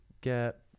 get